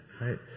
right